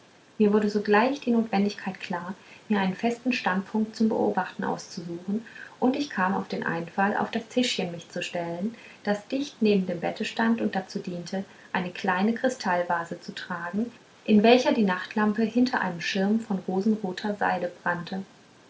mir wurde sogleich die notwendigkeit klar mir einen festen standpunkt zum beobachten auszusuchen und ich kam auf den einfall auf das tischchen mich zu stellen das dicht neben dem bette stand und dazu diente eine kleine kristallvase zu tragen in welcher die nachtlampe hinter einem schirm von rosenroter seide brannte